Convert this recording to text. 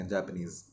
Japanese